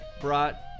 brought